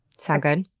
sound good?